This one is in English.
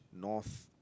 north